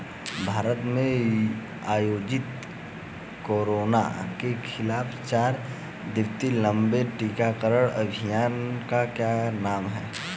भारत में आयोजित कोरोना के खिलाफ चार दिवसीय लंबे टीकाकरण अभियान का क्या नाम है?